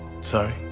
Sorry